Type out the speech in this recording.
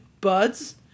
buds